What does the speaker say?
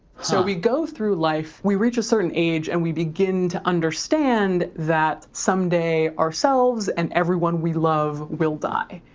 so we go through life, we reach a certain age, and we begin to understand that someday, ourselves and everyone we love will die.